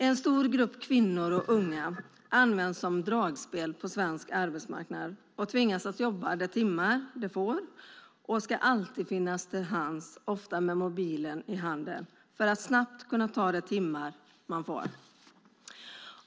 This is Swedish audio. En stor grupp kvinnor och unga används som dragspel på svensk arbetsmarknad och tvingas att jobba de timmar de får, och de ska alltid finnas till hands, ofta med mobilen i handen, för att snabbt ta de timmar de får.